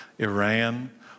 Iran